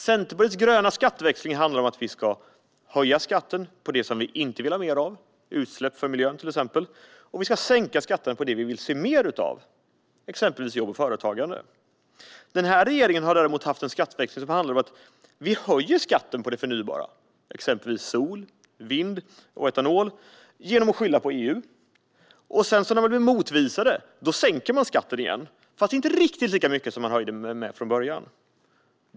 Centerpartiets gröna skatteväxling handlar om att höja skatten på det vi inte vill ha mer av - till exempel utsläpp som skadar miljön - och sänka skatten på det vi vill se mer av, exempelvis jobb och företagande. Regeringen har däremot gjort en skatteväxling som handlar om att höja skatten på det förnybara, exempelvis sol, vind och etanol, genom att skylla på EU. När man sedan blir motbevisad sänker man skatten igen, fast inte med riktigt lika mycket som man höjde den med från början.